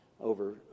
over